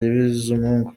bizimungu